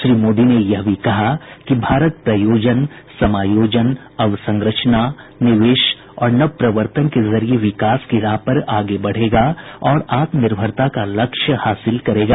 श्री मोदी ने यह भी कहा कि भारत प्रयोजन समायोजन अवसंरचना निवेश और नवप्रवर्तन के जरिये विकास की राह पर आगे बढ़ेगा और आत्मनिर्भरता का लक्ष्य हासिल करेगा